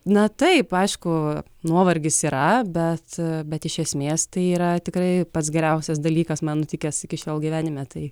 na taip aišku nuovargis yra bet bet iš esmės tai yra tikrai pats geriausias dalykas man nutikęs iki šiol gyvenime tai